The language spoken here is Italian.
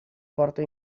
porto